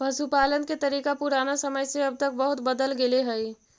पशुपालन के तरीका पुराना समय से अब तक बहुत बदल गेले हइ